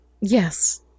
Yes